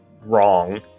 wrong